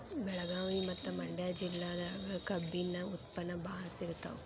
ಬೆಳಗಾವಿ ಮತ್ತ ಮಂಡ್ಯಾ ಜಿಲ್ಲೆದಾಗ ಕಬ್ಬಿನ ಉತ್ಪನ್ನ ಬಾಳ ಸಿಗತಾವ